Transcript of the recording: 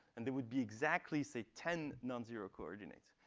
and there would be exactly, say, ten non-zero coordinates.